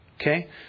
okay